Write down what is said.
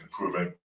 improving